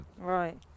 Right